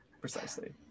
Precisely